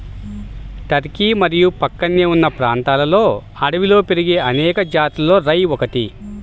Turkey మరియు ప్రక్కనే ఉన్న ప్రాంతాలలో అడవిలో పెరిగే అనేక జాతులలో రై ఒకటి